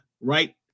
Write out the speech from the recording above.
right